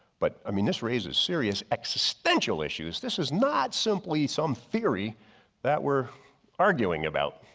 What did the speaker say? but i mean this raises serious existential issues. this is not simply some theory that were arguing about.